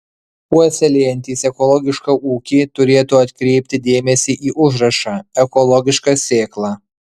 puoselėjantys ekologišką ūkį turėtų atkreipti dėmesį į užrašą ekologiška sėkla